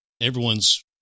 everyone's